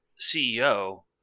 CEO